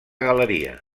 galeria